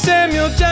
Samuel